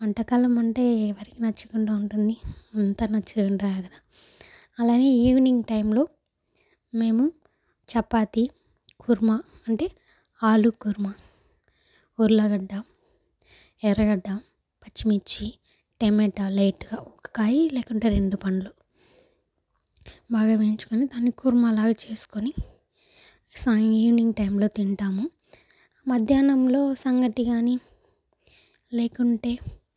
వంటకాలు అంటే ఎవరికి నచ్చకుండా ఉంటుంది అంతా నచ్చే ఉంటాయికదా అలాగే ఈవినింగ్ టైంలో మేము చపాతి కుర్మా అంటే ఆలు కుర్మా ఉర్లగడ్డ ఎర్రగడ్డ పచ్చిమిర్చి టమాటా లైట్గా ఒక కాయి లేకుంటే రెండు పండ్లు బాగా వేయించుకొని దాన్ని కుర్మాలాగా చేసుకొని సాయ ఈవినింగ్ టైంలో తింటాము మధ్యాహ్నంలో సంగటి కానీ లేకుంటే